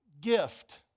gift